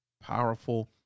powerful